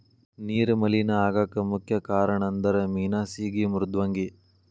ನೇರ ಮಲೇನಾ ಆಗಾಕ ಮುಖ್ಯ ಕಾರಣಂದರ ಮೇನಾ ಸೇಗಿ ಮೃದ್ವಂಗಿ